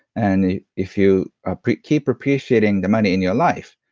and if you ah keep appreciating the money in your life,